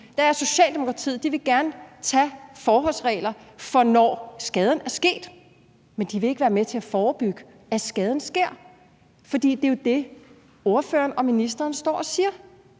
er, at Socialdemokratiet gerne vil tage forholdsregler, i forhold til når skaden er sket, men de vil ikke være med til at forebygge, at skaden sker. For det er jo det, ordføreren og ministeren står og siger.